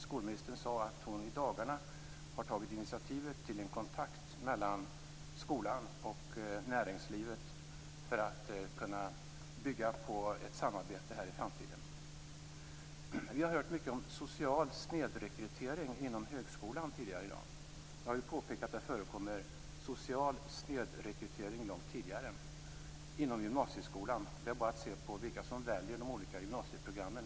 Skolministern sade att hon i dagarna har tagit initiativ till en kontakt mellan skolan och näringslivet för att kunna bygga på ett samarbete i framtiden. Vi har hört mycket om social snedrekrytering inom högskolan tidigare i dag. Jag har påpekat att det förekommer social snedrekrytering långt tidigare - inom gymnasieskolan. Det är bara att se på vilka som väljer de olika gymnasieprogrammen.